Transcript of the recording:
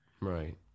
Right